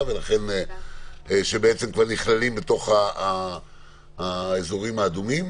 ולכן בעצם כבר נכללים בתוך האזורים האדומים.